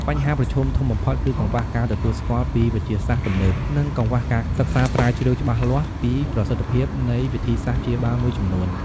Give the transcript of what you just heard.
បញ្ហាប្រឈមធំបំផុតគឺកង្វះការទទួលស្គាល់ពីវិទ្យាសាស្ត្រទំនើប និងកង្វះការសិក្សាស្រាវជ្រាវច្បាស់លាស់ពីប្រសិទ្ធភាពនៃវិធីសាស្ត្រព្យាបាលមួយចំនួន។